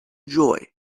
joy